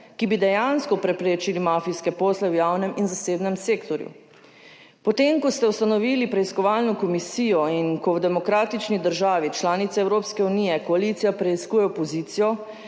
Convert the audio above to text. ki bi dejansko preprečili mafijske posle v javnem in zasebnem sektorju. Potem, ko ste ustanovili preiskovalno komisijo in ko v demokratični državi članici Evropske unije koalicija preiskuje opozicijo,